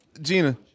Gina